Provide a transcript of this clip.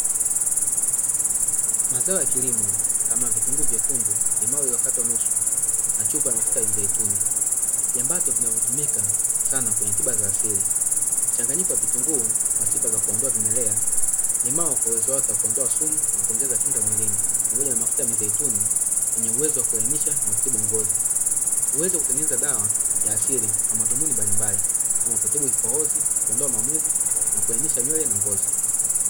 Mazao ya kilimo kama vitunguu vyekundu, limao lililokatwa nusu na chupa ya mafuta ya mzeituni, viambato vinavyotumika sana kwenye tiba za asili. Mchanganyiko wa vitunguu kwa sifa ya kuondoa vimelea, limao kwa uwezo wake wa kuondoa sumu na kuongeza kinga mwilini pamoja na mafuta ya mzeituni yenye uwezo wa kulainisha na kutibu ngozi. Uwezo wa kutengeneza dawa ya asili kwa madhumuni mbalimbali kama kutibu kikohozi kuondoa maumivu na kulainisha nywele na ngozi.